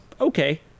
okay